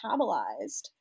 metabolized